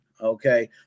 okay